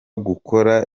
gukora